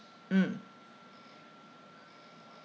mm